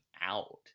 out